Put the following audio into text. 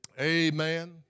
Amen